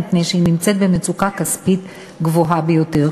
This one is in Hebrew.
מפני שהיא נמצאת במצוקה כספית גדולה ביותר.